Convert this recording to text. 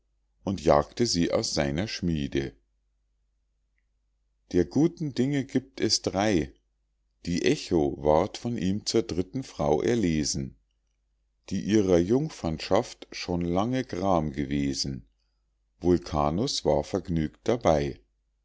und jagte sie aus seiner schmiede der guten dinge gibt es drei die echo ward von ihm zur dritten frau erlesen die ihrer jungferschaft schon lange gram gewesen vulkanus war vergnügt dabei